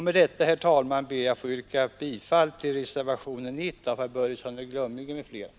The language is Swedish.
Med det anförda, herr talman, ber jag att få yrka bifall till reservationen 1 av herr Börjesson i Glömminge m.fl.